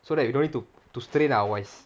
so that we don't need to to strain our voice